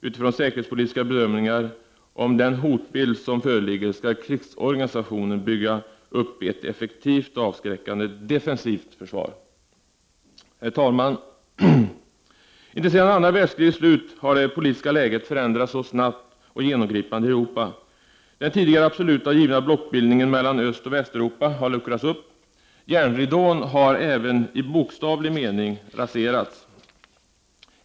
Utifrån säkerhetspolitiska bedömningar om den hotbild som föreligger skall krigsorganisationen bygga upp ett effektivt och avskräckande defensivt försvar. Herr talman! Inte sedan andra världskrigets slut har det politiska läget förändrats så snabbt och genomgripande i Europa. Den tidigare absoluta och givna blockbildningen mellan Östoch Västeuropa har luckrats upp. Järnridån har — även i bokstavlig mening — raserats.